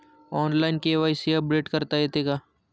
Online KYC update करता येते का?